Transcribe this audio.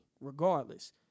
regardless